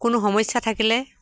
কোনো সমস্যা থাকিলে